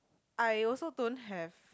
I also don't have